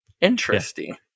interesting